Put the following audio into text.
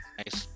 nice